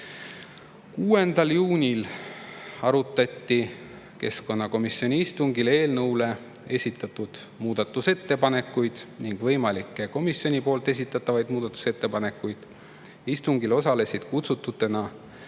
6. juunil arutati keskkonnakomisjoni istungil eelnõu kohta esitatud muudatusettepanekuid ning võimalikke komisjoni esitatavaid muudatusettepanekuid. Istungil osalesid kutsututena